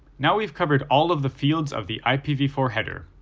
now we've covered all of the fields of the i p v four header.